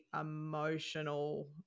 emotional